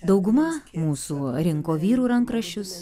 dauguma mūsų rinko vyrų rankraščius